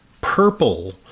purple